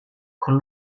con